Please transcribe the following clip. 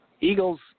Eagles